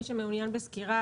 מי שמעוניין בסקירה